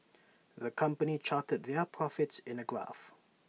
the company charted their profits in A graph